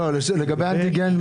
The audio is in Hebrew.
לגבי אנטיגן,